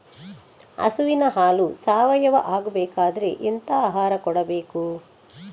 ಹಸುವಿನ ಹಾಲು ಸಾವಯಾವ ಆಗ್ಬೇಕಾದ್ರೆ ಎಂತ ಆಹಾರ ಕೊಡಬೇಕು?